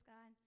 God